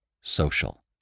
social